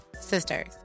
Sisters